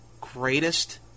greatest